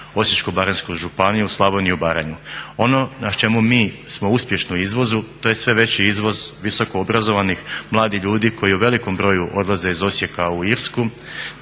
Osječko-baranjsku županiju, Slavoniju i Baranju, ono na čemu mi smo uspješni u izvozu to je sve veći izvoz visokoobrazovanih mladih ljudi koji u velikom broju odlaze iz Osijeka u Irsku,